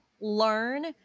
learn